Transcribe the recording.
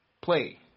play